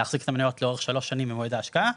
להחזיק את המניות לאורך שלוש שנים ממועד ההשקעה,